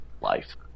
life